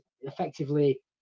effectively